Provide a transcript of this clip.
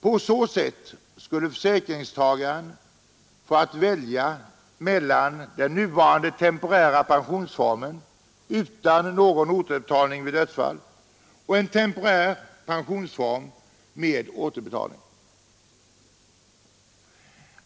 På så sätt skulle försäkringstagaren ha att välja mellan den nuvarande temporära pensionsformen, utan någon återbetalning vid dödsfall, och en temporär pensionsform med återbetalning.